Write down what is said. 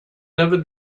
never